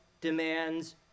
demands